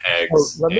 eggs